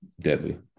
deadly